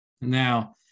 Now